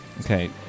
Okay